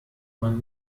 man